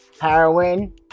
heroin